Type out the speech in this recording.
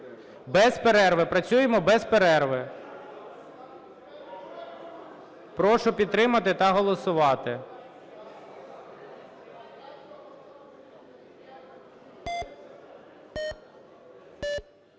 Без перерви. Працюємо без перерви. Прошу підтримати та голосувати.